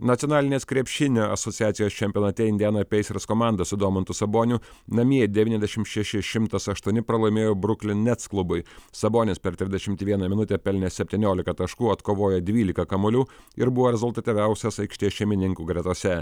nacionalinės krepšinio asociacijos čempionate indiana pacers komanda su domantu saboniu namie devyniasdešim šeši šimtas aštuoni pralaimėjo brooklyn nets klubui sabonis per trisdešimt vieną minutę pelnė septyniolika taškų atkovojo dvylika kamuolių ir buvo rezultatyviausias aikštės šeimininkų gretose